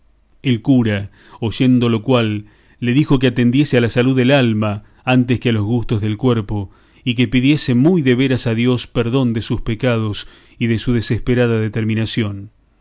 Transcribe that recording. el cura oyendo lo cual le dijo que atendiese a la salud del alma antes que a los gustos del cuerpo y que pidiese muy de veras a dios perdón de sus pecados y de su desesperada determinación